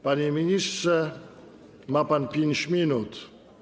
Panie ministrze, ma pan 5 minut.